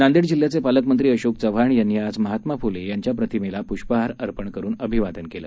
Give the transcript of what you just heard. नांदेड जिल्ह्याचे पालकमंत्री अशोक चव्हाण यांनी आज महात्मा फुले यांच्या प्रतिमेला पुष्पहार अर्पण करून अभिवादन केलं